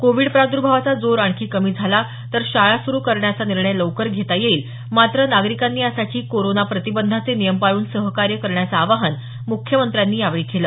Covid प्रादुर्भावाचा जोर आणखी कमी झाला तर शाळा सुरू करण्याचा निर्णय लवकर घेता येईल मात्र नागरिकांनी यासाठी कोरोना प्रतिबंधाचे नियम पाळून सहकार्य करण्याचं आवाहन मुख्यमंत्र्यांनी केलं